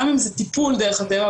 גם אם זה טיפול דרך הטבע,